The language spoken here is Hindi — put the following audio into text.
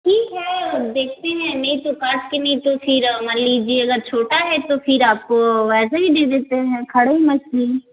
ठीक है और देखते हैं नहीं तो काट के नहीं तो फिर मान लीजिएगा छोटा है तो फिर आप ऐसे ही दे देते हैं खड़े मछली